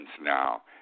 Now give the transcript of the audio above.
now